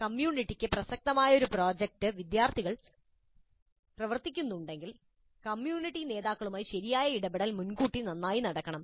കമ്മ്യൂണിറ്റിക്ക് പ്രസക്തമായ ഒരു പ്രോജക്റ്റിൽ വിദ്യാർത്ഥി ടീമുകൾ പ്രവർത്തിക്കുന്നുണ്ടെങ്കിൽ കമ്മ്യൂണിറ്റി നേതാക്കളുമായി ശരിയായ ഇടപെടൽ മുൻകൂട്ടി നന്നായി നടക്കണം